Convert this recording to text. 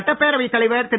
சட்டப் பேரவைத் தலைவர் திரு